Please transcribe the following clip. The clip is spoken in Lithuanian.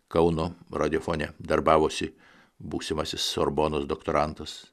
kauno radiofone darbavosi būsimasis sorbonos doktorantas